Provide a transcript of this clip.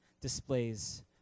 displays